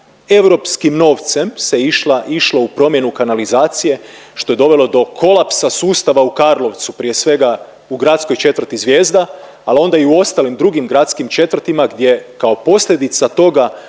europskim novcem se išlo u promjenu kanalizacije što je dovelo do kolapsa sustava u Karlovcu, prije svega u gradskoj četvrti Zvijezda, al onda i u ostalim drugim gradskim četvrtima gdje kao posljedica toga,